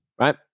right